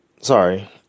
sorry